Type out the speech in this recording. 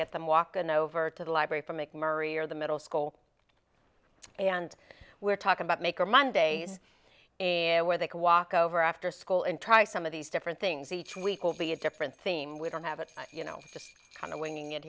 get them walkin over to the library for mcmurry or the middle school and we're talking about maker monday and where they can walk over after school and try some of these different things each week will be a different theme we don't have it you know just kind of winging it